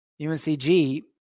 UNCG